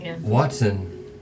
watson